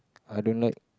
I don't like